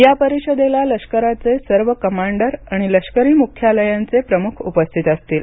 या परिषदेला लष्कराचे सर्व कमांडर आणि लष्करी मुख्यालायांचे प्रमुख उपस्थित असतील